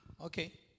Okay